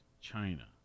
China